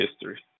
history